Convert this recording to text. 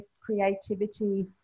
creativity